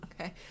Okay